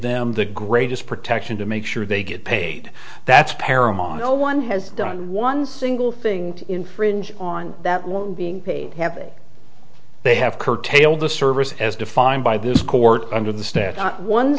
them the greatest protection to make sure they get paid that's paramount no one has done one single thing to infringe on that one being paid have they have curtailed the service as defined by this court under the sta